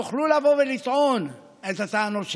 תוכלו לבוא ולטעון את הטענות שלכם.